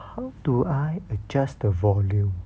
how do I adjust the volume